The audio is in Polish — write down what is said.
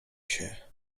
się